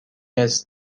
است